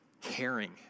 caring